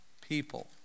people